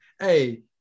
hey